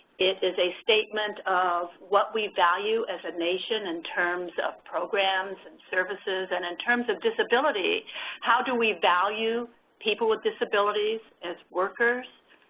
it is a statement of what we value as a nation in terms of programs and services, and in terms of disability how do we value people with disabilities as workers,